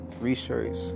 research